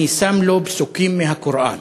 אני שם לו פסוקים מהקוראן.